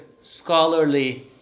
scholarly